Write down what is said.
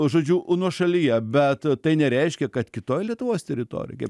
žodžiu nuošalyje bet tai nereiškia kad kitoj lietuvos teritorijoj kaip